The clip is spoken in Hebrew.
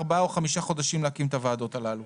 ארבעה או חמישה חודשים להקים את הוועדות הללו.